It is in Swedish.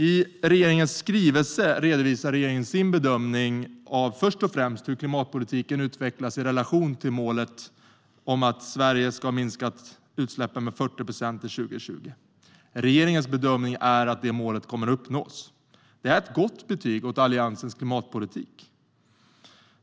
I sin skrivelse redovisar regeringen sin bedömning av först och främst hur klimatpolitiken utvecklas i relation till målet att Sverige ska ha minskat utsläppen med 40 procent till 2020. Regeringens bedömning är att det målet kommer att uppnås. Det är ett gott betyg till Alliansens klimatpolitik.